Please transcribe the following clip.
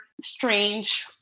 strange